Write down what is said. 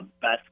best